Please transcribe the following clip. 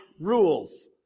rules